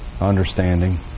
understanding